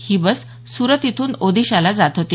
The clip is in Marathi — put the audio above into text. ही बस सूरत इथून ओदिशाला जात होती